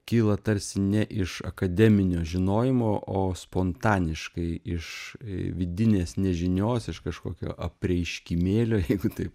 kyla tarsi ne iš akademinio žinojimo o spontaniškai iš vidinės nežinios iš kažkokio apreiškimėlio jeigu taip